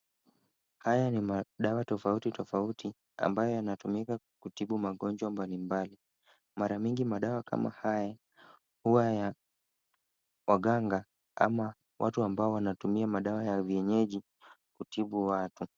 Haya ni madawa tofauti tofauti ambayo yanatumika kutibu magonjwa mbalimbali. Mara mingi, madawa kama haya huwa ya waganga ama watu ambao wanatumia madawa ya vienyeji kutibu watu.